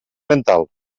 mental